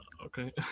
okay